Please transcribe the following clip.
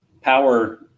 power